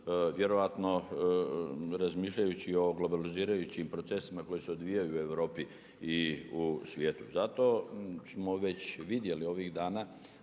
vjerojatno razmišljajući o globalizirajućim procesima koji se odvijaju u Europi i u svijetu. Zato smo već vidjeli ovih dana